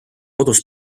kodus